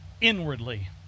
inwardly